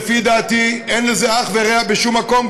לפי דעתי אין לזה אח ורע בשום מקום,